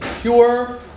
Pure